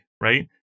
right